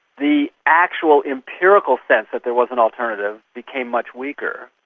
the actual empirical sense that there was an alternative became much weaker.